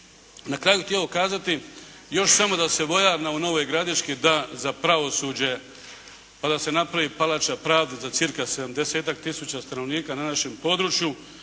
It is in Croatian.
na kraju htio kazati još samo da se vojarna u Novoj Gradiški da za pravosuđe, pa da se napravi palača pravde za cirka 70-tak tisuća stanovnika na našem području.